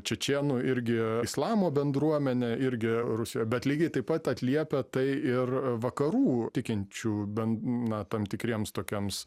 čečėnų irgi islamo bendruomenė irgi rusijoj bet lygiai taip pat atliepia tai ir vakarų tikinčių bent na tam tikriems tokioms